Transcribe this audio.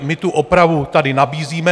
My tu opravu tady nabízíme.